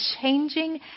changing